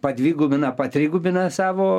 padvigubina patrigubina savo